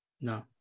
no